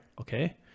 Okay